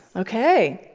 ok.